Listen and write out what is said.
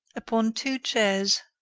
upon two chairs,